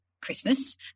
Christmas